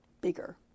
bigger